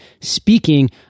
speaking